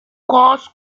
course